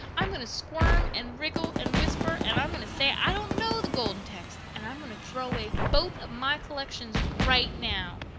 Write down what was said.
i'm going to squirm and wriggle and whisper, and i'm going to say i don't know the golden text. and i'm going to throw away both of my collections right now.